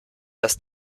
das